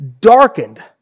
darkened